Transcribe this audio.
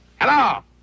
Hello